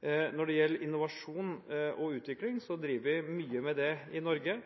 Når det gjelder innovasjon og utvikling, driver vi mye med det i Norge.